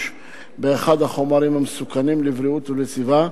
באחד החומרים המסוכנים לבריאות ולסביבה,